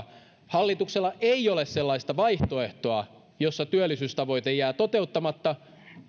hallituksella ei ole sellaista vaihtoehtoa jossa työllisyystavoite jää toteuttamatta mutta